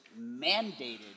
mandated